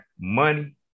money